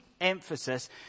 emphasis